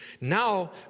Now